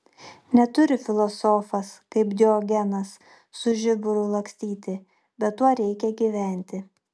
neturi filosofas kaip diogenas su žiburiu lakstyti bet tuo reikia gyventi